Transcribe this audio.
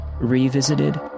revisited